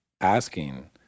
asking